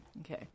okay